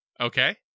Okay